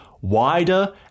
wider